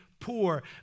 poor